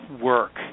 work